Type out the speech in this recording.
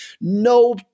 No